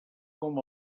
com